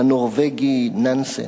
לנורבגי נאנסן.